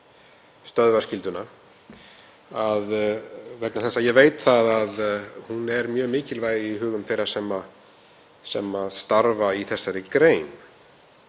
stöðvaskylduna vegna þess að ég veit að hún er mjög mikilvæg í hugum þeirra sem starfa í þessari grein.